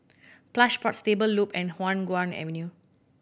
Plush Pods Stable Loop and Hua Guan Avenue